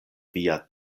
via